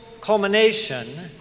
culmination